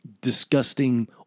disgusting